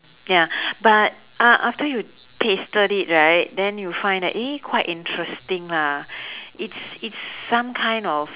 ya but uh after you tasted it right then you find that eh quite interesting lah it's it's some kind of